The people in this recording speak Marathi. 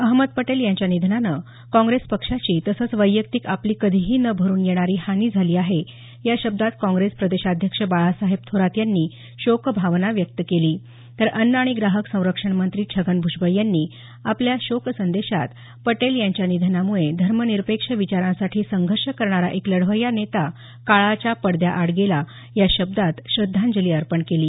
अहमद पटेल यांच्या निधनानं काँप्रेस पक्षाची तसंच वैयक्तिक आपली कधीही न भरून येणारी हानी झाली आहे या शब्दांत काँग्रेस प्रदेशाध्यक्ष बाळासाहेब थोरात यांनी पटेल यांना शोकभावना व्यक्त केली तर अन्न आणि ग्राहक संरक्षण मंत्री छगन भ्जबळ यांनी आपल्या शोकसंदेशात पटेल यांच्या निधनाम्ळे धर्मनिरपेक्ष विचारांसाठी संघर्ष करणारा एक लढवय्या नेता काळाच्या पडद्याआड गेला या शब्दांत पटेल यांना श्रद्धांजली अर्पण केली